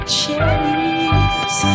cherries